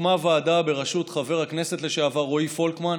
הוקמה ועדה בראשות חבר הכנסת לשעבר רועי פולקמן.